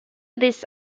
his